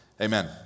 amen